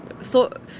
thought